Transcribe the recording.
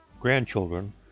grandchildren